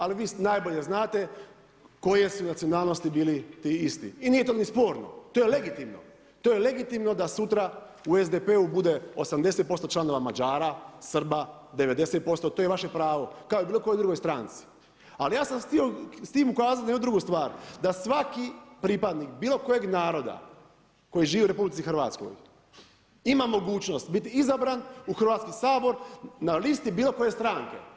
Ali vi najbolje znate koje su nacionalnosti bili ti isti i nije to ni sporno, to je legitimno, to je legitimno da sutra u SDP-u bude 80% članova Mađara, Srba, 90%, to je vaše pravo, kao i u bilokojoj drugoj stranci ali ja sam htio s tim ukazati na jednu drugu stvar, da svaki pripadnik bilokojeg naroda koji živi u RH, ima mogućnost biti izabran u Hrvatski sabor na listi bilokoje stranke.